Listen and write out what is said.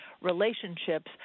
Relationships